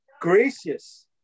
gracious